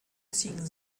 ziegen